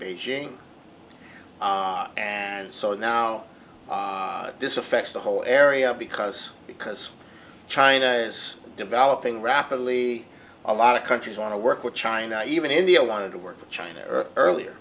beijing and so now this affects the whole area because because china is developing rapidly a lot of countries want to work with china even india wanted to work with china earlier